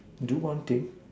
do one thing